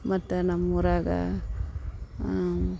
ಮತ್ತು ನಮ್ಮ ಊರಾಗೆ